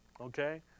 okay